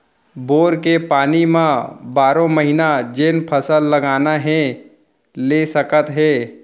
bore के पानी म बारो महिना जेन फसल लगाना हे ले सकत हे